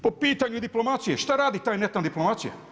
Po pitanju diplomacije, šta radi ta … diplomacija?